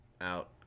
out